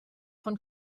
von